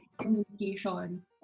communication